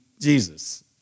Jesus